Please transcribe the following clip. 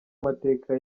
amateka